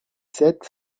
sept